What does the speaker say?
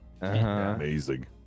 amazing